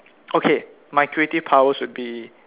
okay my creative powers would be